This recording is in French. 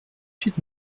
suite